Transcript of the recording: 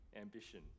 ambition